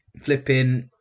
flipping